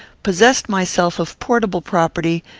possessed myself of portable property,